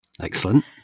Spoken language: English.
Excellent